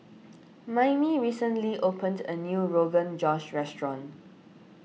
Maymie recently opened a new Rogan Josh restaurant